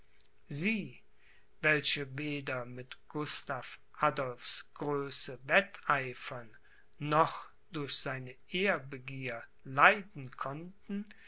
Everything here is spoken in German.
sie welche weder mit gustav adolphs größe wetteifern noch durch seine ehrbegier leiden konnten